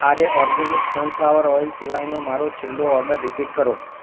આર્ય organic sunflower oil સિવાયનો મારો છેલ્લો ઓડર રીપીટ કરો